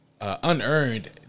unearned